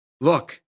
Look